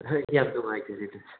ꯍꯣꯏ ꯌꯥꯝ ꯅꯨꯡꯉꯥꯏꯖꯔꯦ ꯑꯗꯨꯗꯤ